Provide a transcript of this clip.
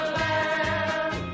land